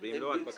הדבקה,